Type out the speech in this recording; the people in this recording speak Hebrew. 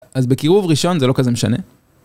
אז בקירוב ראשון זה לא כזה משנה